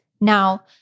Now